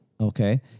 Okay